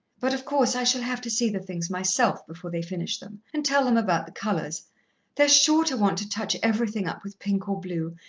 but, of course, i shall have to see the things myself before they finish them, and tell them about the colours they're sure to want to touch everything up with pink or blue,